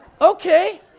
Okay